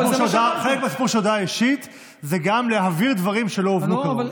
חלק מהסיפור של הודעה אישית זה גם להבהיר דברים שלא הובנו כראוי.